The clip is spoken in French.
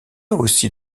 aussi